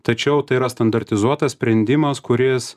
tačiau tai yra standartizuotas sprendimas kuris